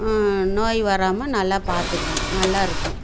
நோய் வராமல் நல்லா பார்த்துக்குவோம் நல்லாயிருக்கும்